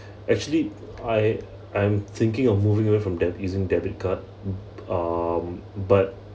actually I am thinking of moving away from deb~ using debit card um but